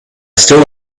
still